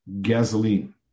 gasoline